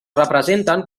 representen